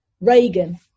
Reagan